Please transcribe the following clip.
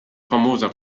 famosa